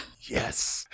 Yes